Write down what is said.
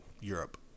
Europe